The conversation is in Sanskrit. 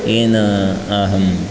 तेन अहं